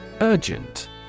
Urgent